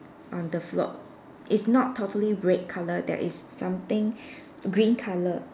on the float it's not totally red colour there is something green colour